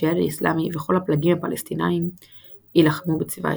הג'יהאד האיסלאמי וכל הפלגים הפלסטיניים ילחמו בצבאכם.